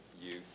use